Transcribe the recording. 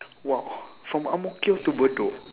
!wow! from ang mo kio to bedok